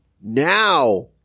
now